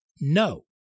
no